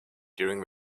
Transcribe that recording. during